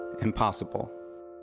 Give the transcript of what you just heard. Impossible